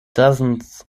dozens